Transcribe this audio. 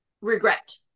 regret